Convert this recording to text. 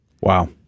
Wow